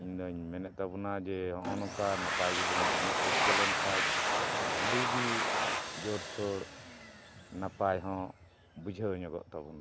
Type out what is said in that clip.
ᱤᱧ ᱫᱚᱧ ᱢᱮᱱᱮᱫ ᱛᱟᱵᱚᱱᱟ ᱡᱮ ᱱᱚᱜᱼᱚ ᱱᱚᱝᱠᱟ ᱱᱟᱯᱟᱭ ᱜᱮᱵᱚᱱ ᱮᱱᱮᱡ ᱨᱟᱹᱥᱠᱟᱹ ᱞᱮᱱᱠᱷᱟᱱ ᱟᱹᱰᱤ ᱜᱮ ᱡᱳᱨ ᱛᱷᱚᱲ ᱱᱟᱯᱟᱭ ᱦᱚᱸ ᱵᱩᱡᱷᱟᱹᱣ ᱧᱚᱜᱚᱜ ᱛᱟᱵᱚᱱᱟ